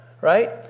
right